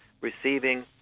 receiving